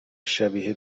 شبیه